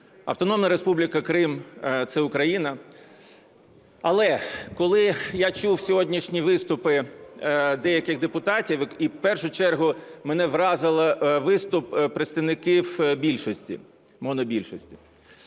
Автономна Республіка Крим – це Україна. Але коли я чув сьогоднішні виступи деяких депутатів, і в першу чергу мене вразив виступ представників більшості, монобільшості.